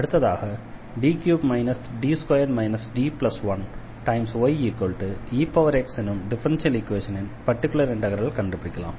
அடுத்ததாக D3 D2 D1yex எனும் differential ஈக்வேஷனின் பர்டிகுலர் இண்டெக்ரலை கண்டுபிடிக்கலாம்